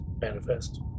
manifest